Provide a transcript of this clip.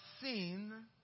seen